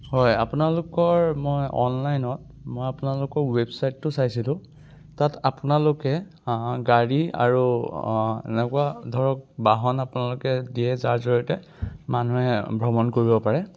হয় আপোনালোকৰ মই অনলাইনত মই আপোনালোকৰ ৱেবচাইটটো চাইছিলোঁ তাত আপোনালোকে গাড়ী আৰু এনেকুৱা ধৰক বাহন আপোনালোকে দিয়ে যাৰ জৰিয়তে মানুহে ভ্ৰমণ কৰিব পাৰে